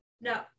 No